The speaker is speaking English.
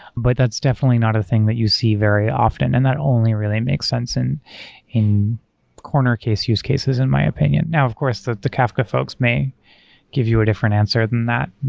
but that's definitely not a thing that you see very often, and that only really makes sense in in corner case use cases in my opinion. now, of course, the kafka folks may give you a different answer than that,